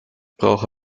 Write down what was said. brauche